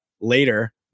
later